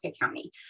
County